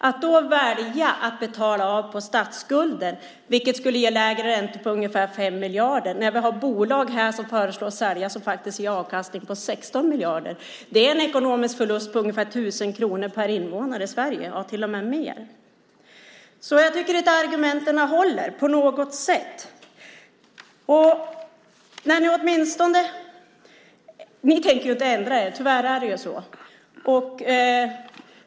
Att välja att betala av på statsskulden, vilket skulle ge ungefär 5 miljarder i lägre räntor, när de bolag som föreslås säljas ger avkastning på 16 miljarder är en ekonomisk förlust på ungefär 1 000 kronor - ja, till och med mer - per invånare i Sverige. Argumenten håller inte. Tyvärr tänker ni inte ändra er.